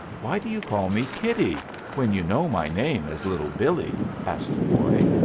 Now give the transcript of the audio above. why do you call me kiddie when you know my name is little billee? asked the boy.